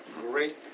great